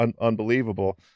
unbelievable